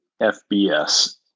FBS